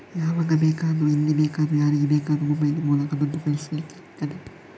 ಯಾವಾಗ ಬೇಕಾದ್ರೂ ಎಲ್ಲಿ ಬೇಕಾದ್ರೂ ಯಾರಿಗೆ ಬೇಕಾದ್ರೂ ಮೊಬೈಲ್ ಮೂಲಕ ದುಡ್ಡು ಕಳಿಸ್ಲಿಕ್ಕೆ ಆಗ್ತದೆ